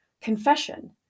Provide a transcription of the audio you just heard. confession